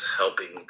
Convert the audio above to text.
helping